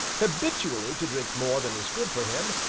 habitually to drink more than is good for him,